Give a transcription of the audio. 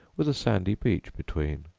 with a sandy beach between.